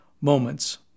moments